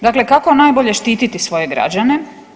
Dakle, kako najbolje štiti svoje građane?